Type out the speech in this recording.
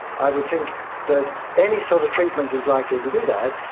i would think that any sort of treatment is likely to do that.